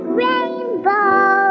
rainbow